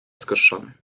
zgorszony